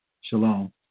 Shalom